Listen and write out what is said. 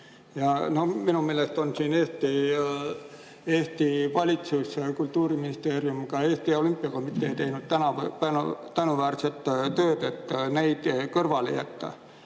Minu meelest on Eesti valitsus, Kultuuriministeerium, ka Eesti Olümpiakomitee teinud tänuväärset tööd, et neid kõrvale jäetaks.